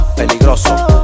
peligroso